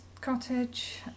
Cottage